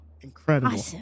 Incredible